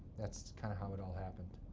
that's kind of how it all happened.